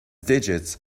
digits